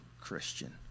Christian